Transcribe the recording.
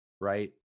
Right